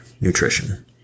nutrition